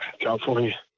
California